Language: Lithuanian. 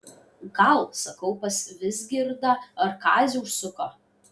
gal sakau pas vizgirdą ar kazį užsuko